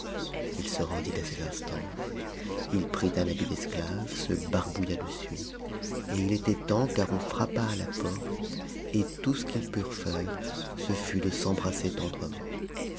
h se rendit à ses instances il prit un habit d'esclave se barbouilla de suie et il était temps car on frappa à la porte et tout ce qu'ils purent faire ce fut de s'embrasser tendrement